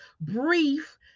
brief